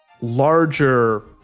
larger